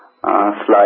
slide